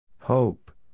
Hope